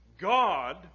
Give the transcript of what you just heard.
God